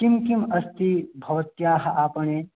किम् किम् अस्ति भवत्याः आपणे